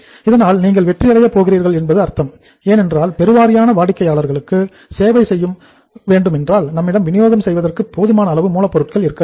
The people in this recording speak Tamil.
இதனால் நீங்கள் வெற்றி அடைய போகிறீர்கள் என்பது அர்த்தம் ஏனென்றால் பெருவாரியான வாடிக்கையாளர்களுக்கு சேவை செய்ய வேண்டுமென்றால் நம்மிடம் வினியோகம் செய்வதற்கு போதுமான அளவு மூலப்பொருட்கள் இருக்க வேண்டும்